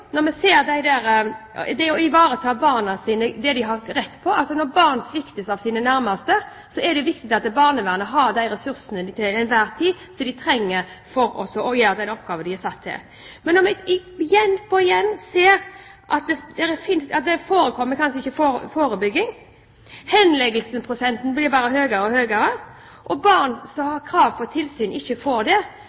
Når barn sviktes av sine nærmeste, er det viktig at barnevernet har de ressursene de til enhver tid trenger for å gjøre den oppgaven de er satt til. Men når vi igjen og igjen ser at det ikke forekommer forebygging, henleggingsprosenten blir bare høyere og høyere, og barn som har krav på tilsyn, får det